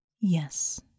Yes